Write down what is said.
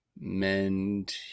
mend